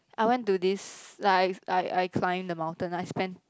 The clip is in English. I went to this like I I climbed the mountain I spent